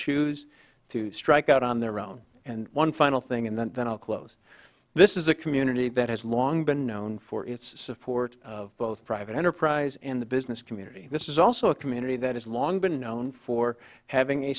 choose to strike out on their own and one final thing and then i'll close this is a community that has long been known for its support of both private enterprise and the business community this is also a community that has long been known for having a